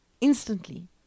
Instantly